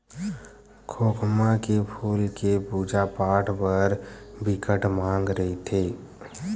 खोखमा के फूल के पूजा पाठ बर बिकट मांग रहिथे